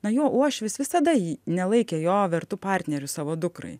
na jo uošvis visada jį nelaikė jo vertu partneriu savo dukrai